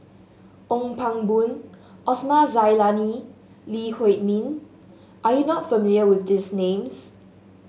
Ong Pang Boon Osman Zailani Lee Huei Min are you not familiar with these names